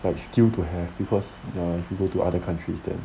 like skill to have because if you go to other countries then